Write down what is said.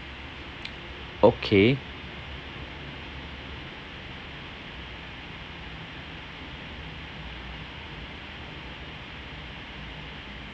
okay